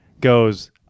goes